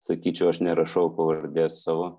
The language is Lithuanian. sakyčiau aš nerašau pavardės savo